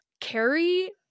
Carrie